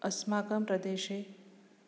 अस्माकं प्रदेशे